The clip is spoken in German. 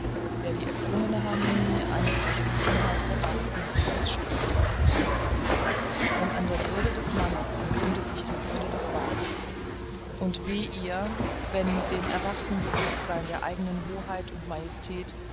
der die erzwungene harmonie eines durch gewohnheit geheiligten kreises stört denn an der würde des mannes entzündet sich die würde des weibes und weh ihr wenn dem erwachten bewußtsein der eigenen hoheit und